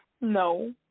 No